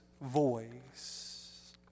voice